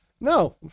no